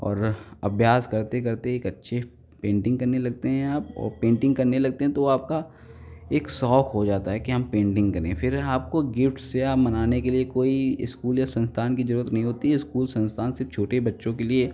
और अभ्यास करते करते एक अच्छे पेंटिंग करने लगते हैं आप और पेंटिंग करने लगते हैं तो आपका एक शौक हो जाता है कि हम पेंटिंग करेंगे फ़िर आपको गिफ्ट्स या मनाने के लिए कोई इस्कूल या संस्थान की ज़रुरत नहीं होती है इस्कूल संस्थान सिर्फ छोटे बच्चो के लिए